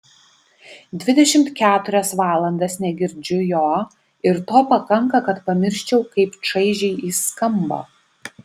dvidešimt keturias valandas negirdžiu jo ir to pakanka kad pamirščiau kaip čaižiai jis skamba